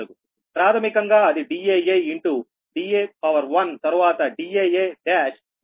ప్రాథమికంగా అది daa into da1 తరువాత daa1 ఇన్ టూ మీ da1a